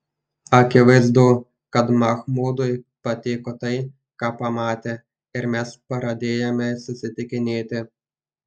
akivaizdu kad machmudui patiko tai ką pamatė ir mes pradėjome susitikinėti